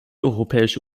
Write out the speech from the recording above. europäische